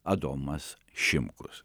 adomas šimkus